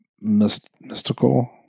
mystical